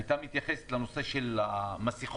הייתה מתייחסת לנושא של המסכות